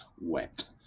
wet